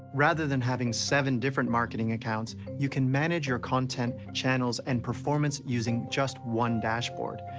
rather than having seven different marketing accounts, you can manage your content channels and performance using just one dashboard.